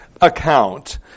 account